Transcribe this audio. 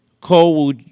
Cole